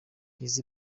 his